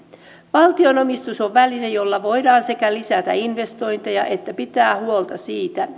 valtionomistus on väline jolla voidaan sekä lisätä investointeja että pitää huolta siitä